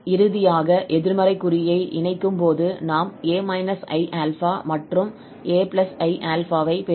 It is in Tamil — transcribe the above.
இறுதியாக எதிர்மறை குறியை இணைக்கும்போது நாம் 𝑎 𝑖𝛼 மற்றும் 𝑎 𝑖𝛼 பெறுகிறோம்